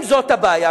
אם זו הבעיה,